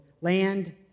land